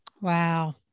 Wow